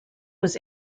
was